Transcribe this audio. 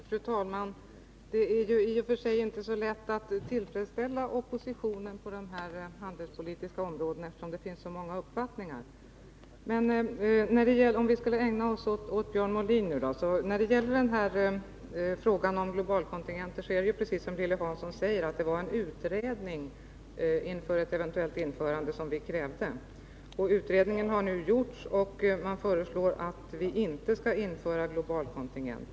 Fru talman! Det är i och för sig inte så lätt att tillfredsställa oppositionen på det handelspolitiska området, eftersom det finns så många olika uppfattningar. I fråga om globalkontingenterna — nu skall jag ägna mig åt det Björn Molin tog upp — är det precis som Lilly Hansson säger att vi krävde en utredning inför ett eventuellt införande av dessa. Utredningen har nu gjorts, och det har föreslagits att globalkontingenter inte skall införas.